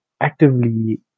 actively